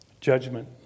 Judgment